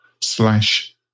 slash